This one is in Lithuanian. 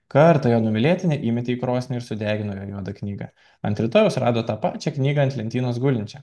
kartą jo numylėtinė įmetė į krosnį ir sudegino jo juodą knygą ant rytojaus rado tą pačią knygą ant lentynos gulinčią